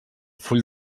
full